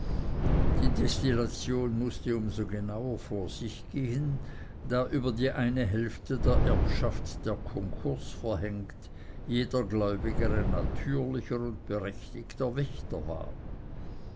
die destillation mußte um so genauer vor sich gehen da über die eine hälfte der erbschaft der konkurs verhängt jeder gläubiger ein natürlicher und berechtigter wächter war